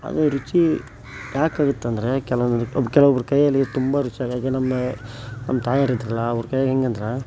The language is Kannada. ಅದು ರುಚಿ ಯಾಕಾಗತ್ತಂದರೆ ಕೆಲವರು ಕೆಲವೊಬ್ರ ಕೈಯಲ್ಲಿ ತುಂಬ ರುಚಿಯಾಗಾಗಿ ನಮ್ಮ ನಮ್ಮ ತಾಯೋರಿದ್ರಲ್ಲ ಅವ್ರ ಕೈ ಹೇಗಂದ್ರೆ